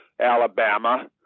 Alabama